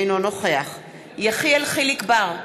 אינו נוכח יחיאל חיליק בר,